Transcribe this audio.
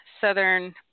southern